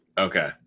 Okay